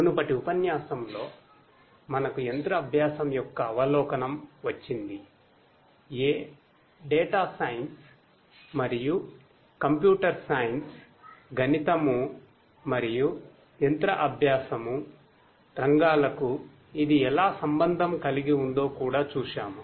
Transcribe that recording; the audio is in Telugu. మునుపటి ఉపన్యాసంలో మనకు మెషిన్ లెర్నింగ్ రంగాలకు ఇది ఎలా సంబంధం కలిగి ఉందో కూడా చూశాము